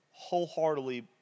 wholeheartedly